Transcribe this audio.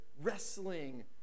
wrestling